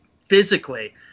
physically